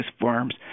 firms